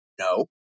No